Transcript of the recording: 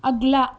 اگلا